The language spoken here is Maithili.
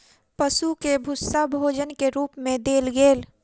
पशु के भूस्सा भोजन के रूप मे देल गेल